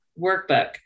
workbook